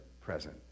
present